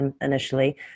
initially